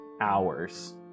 hours